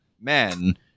men